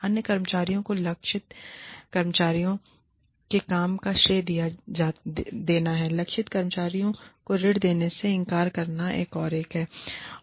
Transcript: अन्य कर्मचारियों को लक्षित कर्मचारी के काम का श्रेय देना या लक्षित कर्मचारी को ऋण देने से इनकार करना एक और एक है